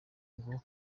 ngo